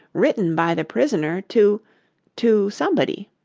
written by the prisoner to to somebody